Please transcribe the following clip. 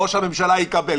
ראש הממשלה יקבל.